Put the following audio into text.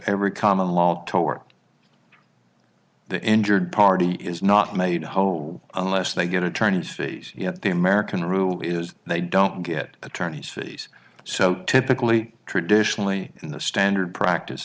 every common law tort the injured party is not made whole unless they get attorney's fees yet the american rule is they don't get attorney's fees so typically traditionally the standard practice